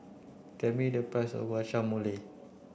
tell me the price of Guacamole